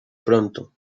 pronto